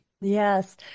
Yes